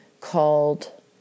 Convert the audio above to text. called